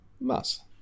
Mass